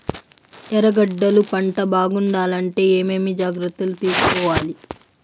ఎర్రగడ్డలు పంట బాగుండాలంటే ఏమేమి జాగ్రత్తలు తీసుకొవాలి?